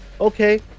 Okay